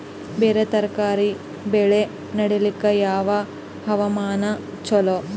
ಬೇರ ತರಕಾರಿ ಬೆಳೆ ನಡಿಲಿಕ ಯಾವ ಹವಾಮಾನ ಚಲೋ?